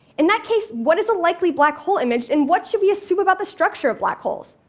in that case, what is a likely black hole image, and what should we assume about the structure of black holes?